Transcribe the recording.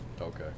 Okay